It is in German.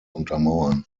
untermauern